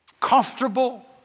comfortable